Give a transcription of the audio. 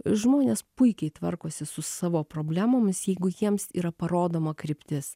žmonės puikiai tvarkosi su savo problemomis jeigu jiems yra parodoma kryptis